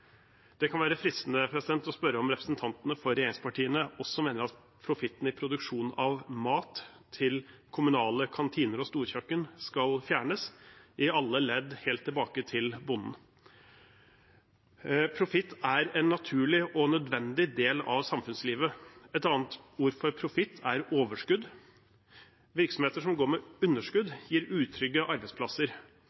Det kan være fristende å spørre om representantene for regjeringspartiene også mener at profitten i produksjon av mat til kommunale kantiner og storkjøkken skal fjernes i alle ledd helt tilbake til bonden. Profitt er en naturlig og nødvendig del av samfunnslivet. Et annet ord for profitt er overskudd. Virksomheter som går med underskudd,